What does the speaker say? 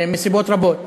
מסיבות רבות: